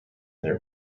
their